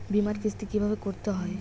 বিমার কিস্তি কিভাবে করতে হয়?